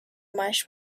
marsh